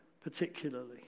particularly